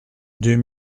deux